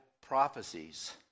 prophecies